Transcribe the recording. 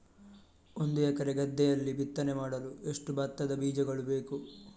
ಒಂದು ಎಕರೆ ಗದ್ದೆಯಲ್ಲಿ ಬಿತ್ತನೆ ಮಾಡಲು ಎಷ್ಟು ಭತ್ತದ ಬೀಜಗಳು ಬೇಕು?